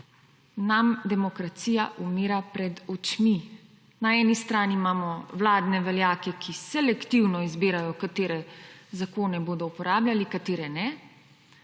nam demokracija umira pred očmi. Na eni strani imamo vladne veljake, ki selektivno izbirajo, katere zakone bodo uporabljali, katere ne,